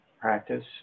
practice